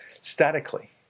statically